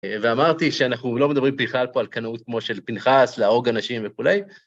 ואמרתי שאנחנו לא מדברים בכלל פה על קנאות כמו של פנחס, להרוג אנשים וכו',